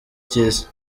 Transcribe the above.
cy’isi